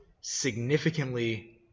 significantly